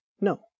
No